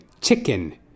chicken